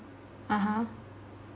(uh huh)